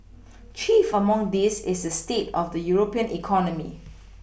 chief among these is the state of the European economy